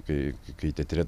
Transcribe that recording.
kai kai teatre